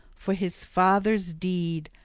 for his father's deed,